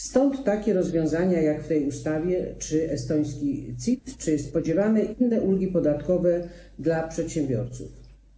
Stąd takie rozwiązania jak w tej ustawie - czy estoński CIT, czy spodziewane inne ulgi podatkowe dla przedsiębiorców.